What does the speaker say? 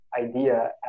idea